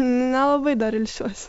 nelabai dar ilsiuosi